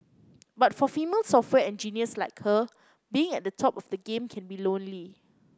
but for female software engineers like her being at the top of the game can be lonely